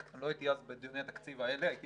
לא הייתי אז בדיוני התקציב האלה, הייתי